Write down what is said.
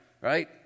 right